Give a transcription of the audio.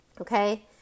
okay